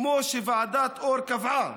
כמו שוועדת אור קבעה.